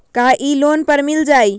का इ लोन पर मिल जाइ?